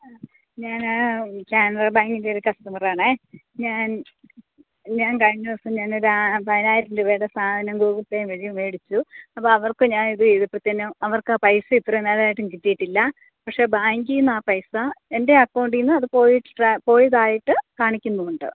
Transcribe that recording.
ഞാൻ കാനറാ ബാങ്കിൻ്റെ ഒരു കസ്റ്റമർ ആണേ ഞാൻ ഞാൻ കഴിഞ്ഞ ദിവസം ഞാനൊരു ആ പതിനായിരം രൂപയുടെ സാധനം ഗൂഗിൾ പേ വഴി മേടിച്ചു അപ്പോൾ അവർക്ക് ഞാനീത് ചെയ്തപ്പോഴത്തേനും അവർക്ക് ആ പൈസ ഇത്രയും നേരമായിട്ടും കിട്ടിയിട്ടില്ല പക്ഷേ ബാങ്കീന്ന് ആ പൈസ എൻ്റെ അക്കൗണ്ടിൽനിന്ന് അത് പോയി പോയതായിട്ട് കാണിക്കുന്നും ഉണ്ട്